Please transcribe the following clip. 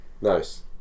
Nice